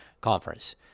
conference